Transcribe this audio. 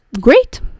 Great